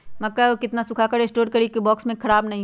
मक्का को कितना सूखा कर स्टोर करें की ओ बॉक्स में ख़राब नहीं हो?